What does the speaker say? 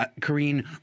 Karine